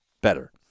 better